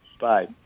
Bye